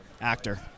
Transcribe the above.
Actor